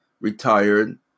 retired